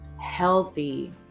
healthy